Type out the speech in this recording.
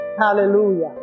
Hallelujah